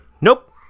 nope